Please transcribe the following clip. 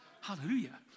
Hallelujah